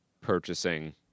purchasing